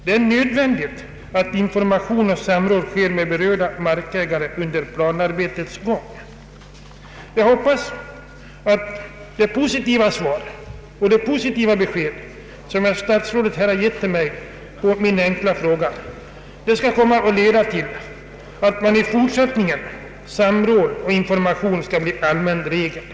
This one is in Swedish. Det är nödvändigt att information och samråd äger rum med berörda markägare under planarbetets gång. Jag hoppas att det positiva besked som herr statsrådet har givit mig i sitt svar på min enkla fråga skall komma att leda till att i fortsättningen samråd och information blir allmän regel.